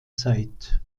zeit